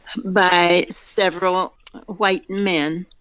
by several white men.